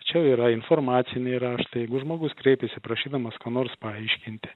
čia yra informaciniai raštai jeigu žmogus kreipiasi prašydamas ką nors paaiškinti